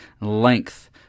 length